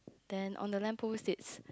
then on the lamp post states